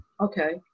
Okay